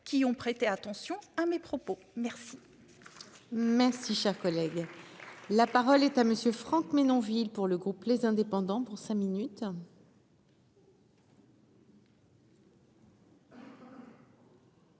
qui ont prêté attention à mes propos. Merci cher collègue. La parole est à monsieur Franck Menonville pour le groupe les indépendants pour cinq minutes.